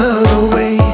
away